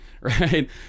right